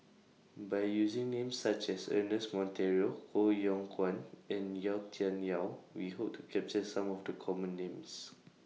By using Names such as Ernest Monteiro Koh Yong Guan and Yau Tian Yau We Hope to capture Some of The Common Names